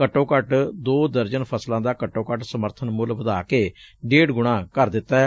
ਘੱਟੋ ਘੱਟ ਦੋ ਦਰਜ਼ਨ ਫਸਲਾਂ ਦਾ ਘੱਟੋ ਘੱਟ ਸਮਰਥਨ ਮੁਲ ਵਧਾ ਕੇ ਡੇਢ ਗੁਣਾ ਕਰ ਦਿੱਤੈ